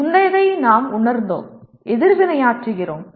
முந்தையதை நாம் உணர்ந்தோம் எதிர்வினையாற்றுகிறோம்